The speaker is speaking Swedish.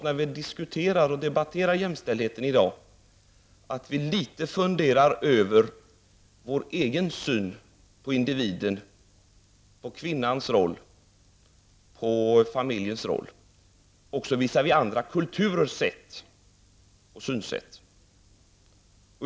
När vi i dag debatterar jämställdheten, finns det också anledning att litet fundera över vår egen syn på individens, kvinnans och familjens roll, även visavi andra kulturers synsätt.